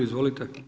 Izvolite.